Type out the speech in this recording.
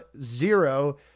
zero